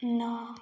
नौ